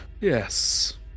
Yes